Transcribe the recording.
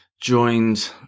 joined